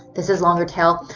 this is longer tail,